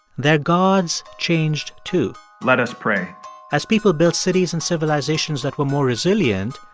their gods changed, too let us pray as people built cities and civilizations that were more resilient,